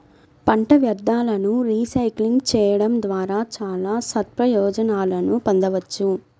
పంట వ్యర్థాలను రీసైక్లింగ్ చేయడం ద్వారా చాలా సత్ప్రయోజనాలను పొందవచ్చు